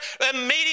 immediately